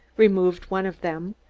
removed one of them,